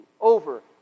over